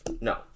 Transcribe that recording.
No